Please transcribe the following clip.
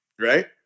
right